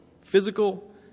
Physical